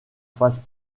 face